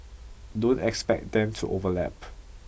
don't expect them to overlap